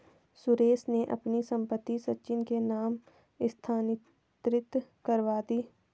सुरेश ने अपनी संपत्ति सचिन के नाम स्थानांतरित करवा दी